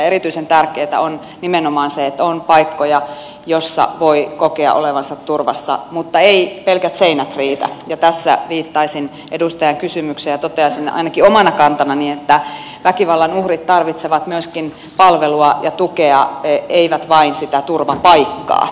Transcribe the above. erityisen tärkeätä on nimenomaan se että on paikkoja joissa voi kokea olevansa turvassa mutta eivät pelkät seinät riitä ja tässä viittaisin edustajan kysymykseen ja toteaisin ainakin omana kantanani että väkivallan uhrit tarvitsevat myöskin palvelua ja tukea eivät vain sitä turvapaikkaa